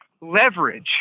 leverage